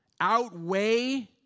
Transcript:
outweigh